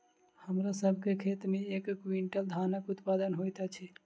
हमरा सभ के खेत में एक क्वीन्टल धानक उत्पादन होइत अछि